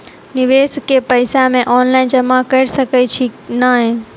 निवेश केँ पैसा मे ऑनलाइन जमा कैर सकै छी नै?